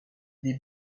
des